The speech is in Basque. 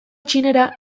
txinera